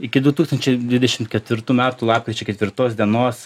iki du tūkstančiai dvidešim ketvirtų metų lapkričio ketirtos dienos